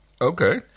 Okay